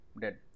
dead